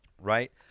right